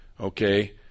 Okay